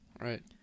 Right